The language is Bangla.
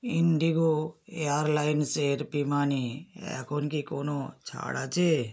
ইন্ডিগো এয়ারলাইন্সের বিমানে এখন কি কোনো ছাড় আছে